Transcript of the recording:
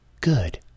Good